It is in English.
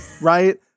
right